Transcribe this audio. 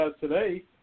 today